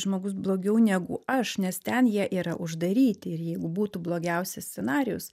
žmogus blogiau negu aš nes ten jie yra uždaryti ir jeigu būtų blogiausias scenarijus